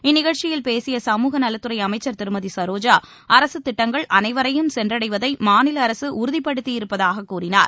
இந்நிகழ்ச்சியில் பேசிய சமூகநலத்துறை அமைச்சர் திருமதி சரோஜா அரசு திட்டங்கள் அனைவரையும் சென்றடைவதை மாநில அரசு உறுதிபடுத்தியிருப்பதாக கூறினார்